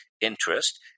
interest